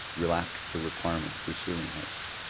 relax the requirement for ceiling heights.